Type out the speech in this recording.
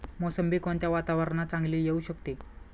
मोसंबी कोणत्या वातावरणात चांगली येऊ शकते?